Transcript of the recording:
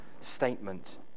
statement